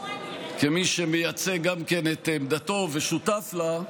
כמי שמייצג את עמדתו ושותף לה,